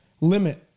limit